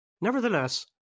Nevertheless